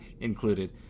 included